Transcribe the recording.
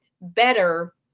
better